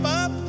up